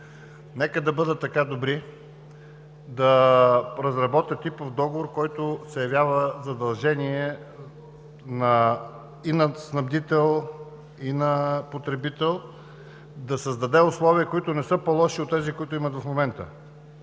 Нека да бъдат така добри да разработят типов договор, който се явява задължение и на снабдител, и на потребител, да създаде условия, които не са по-лоши от тези, които имат в момента.